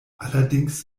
allerdings